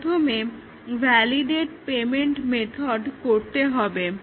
প্রথমে validate payment method করতে হবে